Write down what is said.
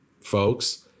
folks